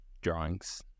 drawings